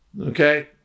okay